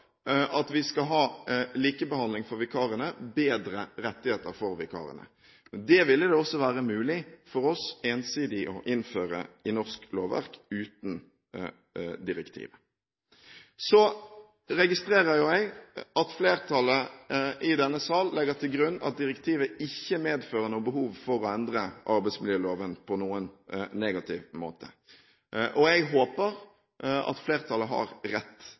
at vi skal ha likebehandling av vikarene, bedre rettigheter for vikarene. Det ville det også være mulig for oss ensidig å innføre i norsk lovverk uten direktivet. Jeg registrerer at flertallet i denne sal legger til grunn at direktivet ikke medfører noe behov for å endre arbeidsmiljøloven på noen negativ måte. Jeg håper at flertallet har rett